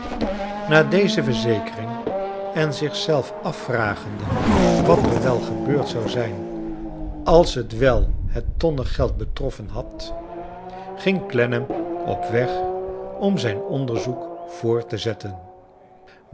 na deze verzekering en zich zelf afvragende wat er wel gebeurd zou zijn als het wel het tonnengeld betroffen had ging clennam op weg om zijn onderzoek voort te zetten